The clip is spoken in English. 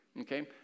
Okay